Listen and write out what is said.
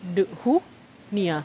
du~ who me ah